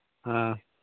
ꯑꯥ